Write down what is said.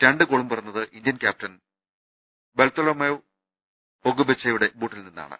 രണ്ട് ഗോളും പിറന്നത് ഇന്ത്യൻ കൃാപ്റ്റൻ ബെൽത്തലോമേവ് ഒഗുബെച്ചെയുടെ ബൂട്ടിൽനിന്നാണ്